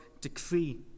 decree